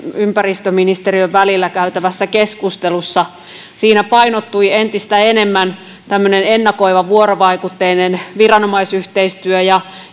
ympäristöministeriön välillä käytävässä keskustelussa siinä painottui entistä enemmän tämmöinen ennakoiva vuorovaikutteinen viranomaisyhteistyö ja